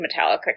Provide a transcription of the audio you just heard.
metallica